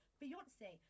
Beyonce